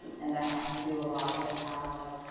and that has to do a lot with how